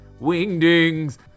Wingdings